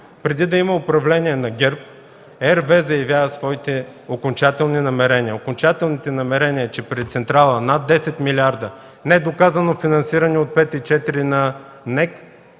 преди да има управление на ГЕРБ, RWE заявява своите окончателни намерения. Окончателните намерения, че при централа над 10 милиарда, недоказано финансиране от 5,4 на НЕК,